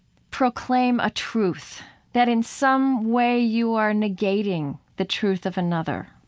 proclaim a truth, that, in some way, you are negating the truth of another.